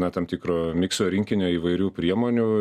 nuo tam tikro mikso rinkinio įvairių priemonių